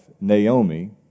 Naomi